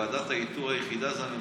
ועדת האיתור היחידה זו הממשלה.